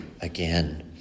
again